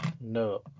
No